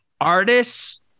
artists